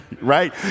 right